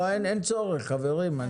לא, אין צורך חברים.